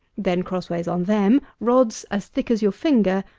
then, crossways on them rods as thick as your finger,